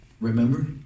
Remember